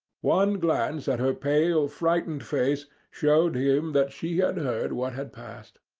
one glance at her pale, frightened face showed him that she had heard what had passed.